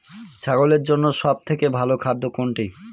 ছাগলের জন্য সব থেকে ভালো খাদ্য কোনটি?